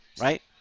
right